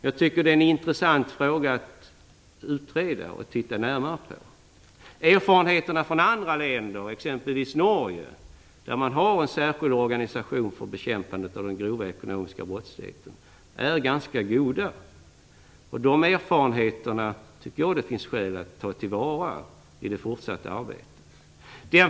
Jag tycker att det är en intressant fråga att utreda och se närmare på. Erfarenheterna från andra länder, exempelvis Norge, där man har en särskild organisation för bekämpandet av den grova ekonomiska brottsligheten, är ganska goda. Jag tycker att det finns skäl att ta till vara dessa erfarenheter i det fortsatta arbetet.